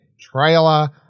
trailer